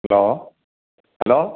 hello hello